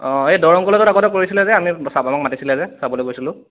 অঁ এই দৰং কলেজত আগতে কৰিছিলে যে আমি চাবলে মাতিছিলে যে চাবলে গৈছিলোঁ